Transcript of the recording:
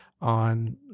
on